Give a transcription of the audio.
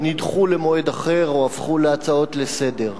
נדחו למועד אחר או הפכו להצעות לסדר-היום.